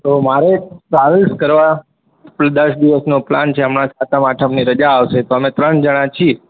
તો મારે ટ્રાવેલ્સ કરવા કુલ દસ દિવસનો પ્લાન છે હમણાં સાતમ આઠમની રજા આવશે તો અમે ત્રણ જણાં છીએ